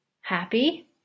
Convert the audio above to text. Happy